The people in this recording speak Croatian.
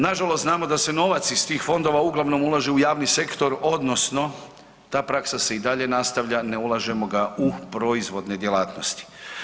Nažalost znamo da se novac iz tih fondova uglavnom ulaže u javni sektor odnosno ta praksa se i dalje nastavlja, ne ulažemo ga u proizvodne djelatnosti.